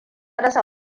rasa